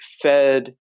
fed